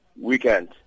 weekend